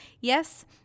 yes